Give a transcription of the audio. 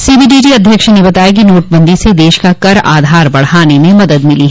CBDT अध्यक्ष ने बताया कि नोटबंदी से देश का कर आधार बढ़ाने में मदद मिली है